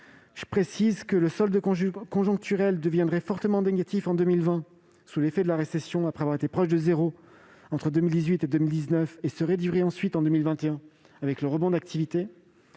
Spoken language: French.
Je précise que le solde conjoncturel deviendrait ainsi fortement négatif en 2020 sous l'effet de la récession, après avoir été proche de zéro entre 2018 et 2019, et se réduirait ensuite en 2021 avec le rebond d'activité.